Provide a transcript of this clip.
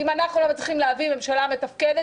אם אנחנו לא מצליחים להביא ממשלה מתפקדת,